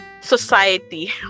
society